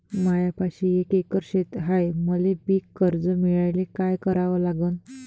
मायापाशी एक एकर शेत हाये, मले पीककर्ज मिळायले काय करावं लागन?